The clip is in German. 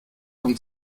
und